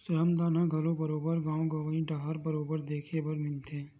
श्रम दान ह घलो बरोबर गाँव गंवई डाहर बरोबर देखे बर मिलथे